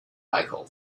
michael